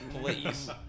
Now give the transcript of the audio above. Please